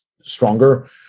stronger